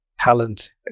Talent